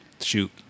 Shoot